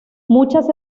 muchas